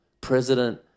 President